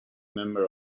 member